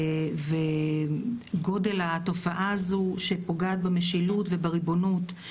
וגודל התופעה הזו שפוגעת במשילות ובריבונות,